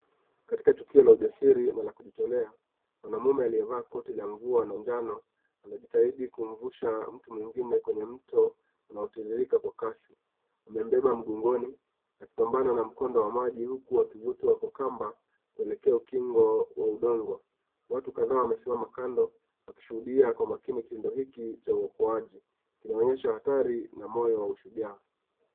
Katika tukio la ujasili na la kujitolea kuna mume aliyevaa koti la mvua la jano ,anajitahidi kumvusha mtu mwingine kwenye mto unaotiririka kwa kasi ,amembeba mgongoni akipambana na mkondo wa maji huku akivutwa kwa kamba kuelekea ukingo wa udongo ,watu kadhaa wamesimama kando wakishuhudia kwa umakini kiundo hiki cha uokoaji ,kinaonyesha hatari na moyo wa ushujaa.